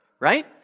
Right